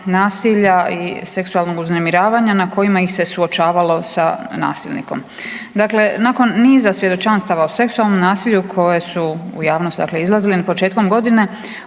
nasilja i seksualnog uznemiravanja na kojima ih se suočavalo sa nasilnikom. Dakle, nakon niza svjedočanstava o seksualnom nasilju koje su u javnost izlazile početkom godine,